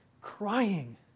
Crying